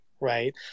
right